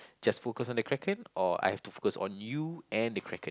just focus on the Kraken or I have to focus on you and the Kraken